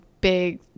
big